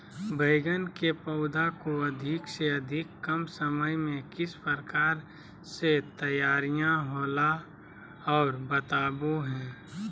बैगन के पौधा को अधिक से अधिक कम समय में किस प्रकार से तैयारियां होला औ बताबो है?